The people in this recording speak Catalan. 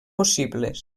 possibles